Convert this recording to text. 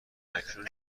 اکنون